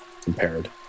compared